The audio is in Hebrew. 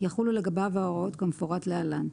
יחולו לגביו ההוראות כמפורט להלן: